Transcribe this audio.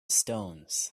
stones